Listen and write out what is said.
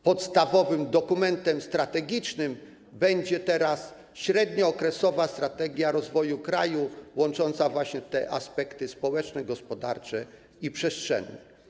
Podstawowym dokumentem strategicznym będzie teraz średniookresowa strategia rozwoju kraju, łącząca aspekty społeczne, gospodarcze i przestrzenne.